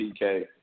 PK